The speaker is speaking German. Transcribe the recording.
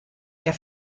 der